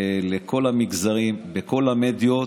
לכל המגזרים, בכל המדיות,